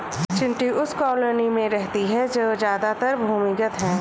चींटी उस कॉलोनी में रहती है जो ज्यादातर भूमिगत है